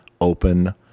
open